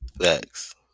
Thanks